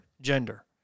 gender